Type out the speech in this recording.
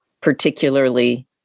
particularly